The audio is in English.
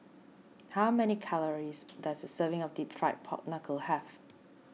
how many calories does a serving of Deep Fried Pork Knuckle have